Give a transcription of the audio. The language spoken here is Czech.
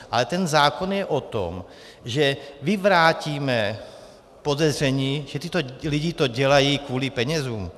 Ale ten zákon je o tom, že vyvrátíme podezření, že tito lidé to dělají kvůli penězům.